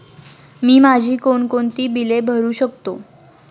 मी माझी कोणकोणती बिले भरू शकतो?